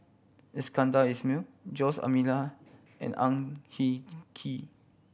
Iskandar Ismail Jose D'Almeida and Ang Hin Kee